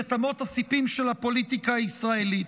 את אמות הספים של הפוליטיקה הישראלית.